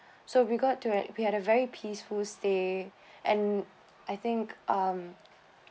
so we got to it we had a very peaceful stay and I think um